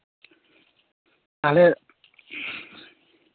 ᱛᱟᱦᱚᱞᱮ